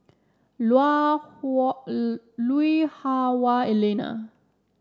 Hua Lui Hah Wah Elena